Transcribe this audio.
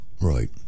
right